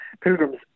pilgrims